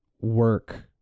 work